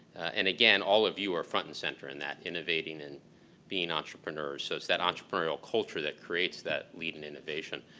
and again, all of you are front and center in that innovating and being entrepreneur. so it's that entrepreneurial culture that creates that leading innovation.